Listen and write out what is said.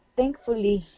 thankfully